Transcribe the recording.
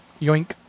Yoink